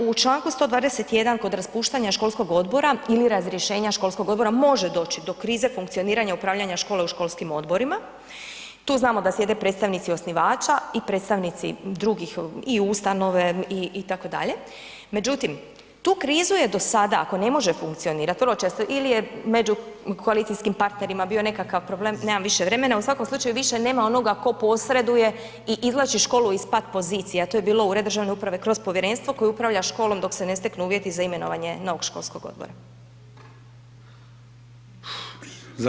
U čl. 121. kod raspuštanja školskog odbora ili razrješenja školskog odbora, može doći do krize funkcioniranja i upravljanja škole u školskim odborima, tu znamo da sjede predstavnici osnivača i predstavnici drugih i ustanove itd., međutim, tu krizu je do sada ako ne može funkcionirati, vrlo često ili je među koalicijskim partnerima bio nekakav problem, ne znam više vremena ali u svakom slučaju više nema onoga to posreduje i izvlačit školu iz pat pozicije a to je bilo ured državne uprave kroz povjerenstvo koje upravlja školom dok se ne steknu uvjeti za imenovanje novog školskog odbora.